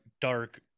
dark